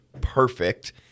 perfect